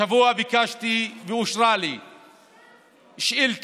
השבוע ביקשתי ואושרה לי שאילתה